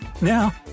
Now